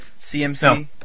CMC